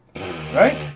Right